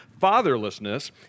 fatherlessness